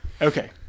Okay